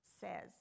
says